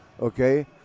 okay